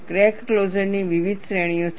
crack ક્લોઝરની વિવિધ શ્રેણીઓ છે